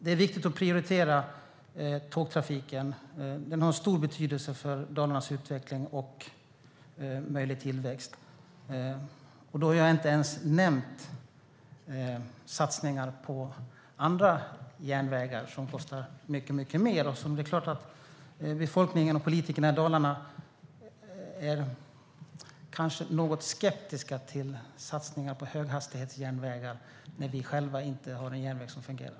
Det är viktigt att prioritera tågtrafiken. Den har stor betydelse för Dalarnas utveckling och möjliga tillväxt. Då har jag inte ens nämnt satsningar på andra järnvägar som kostar mycket mer. Befolkningen och politikerna i Dalarna är något skeptiska till satsningar på höghastighetsjärnvägar, då vi själva inte har en järnväg som fungerar.